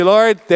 Lord